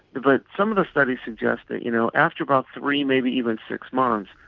but some of the studies suggest that you know after about three, maybe even six months,